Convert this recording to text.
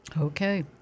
Okay